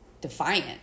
defiant